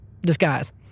disguise